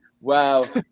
Wow